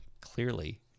Clearly